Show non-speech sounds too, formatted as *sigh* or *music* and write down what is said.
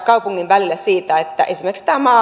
*unintelligible* kaupungin välille siitä että esimerkiksi tämä *unintelligible*